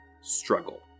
struggle